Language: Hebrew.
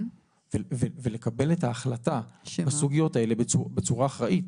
ולקבל את ההחלטה בסוגיות האלה בצורה אחראית.